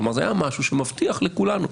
כלומר, זה היה משהו שמבטיח לכולנו,